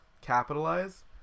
capitalize